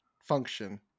function